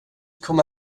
komma